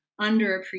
underappreciated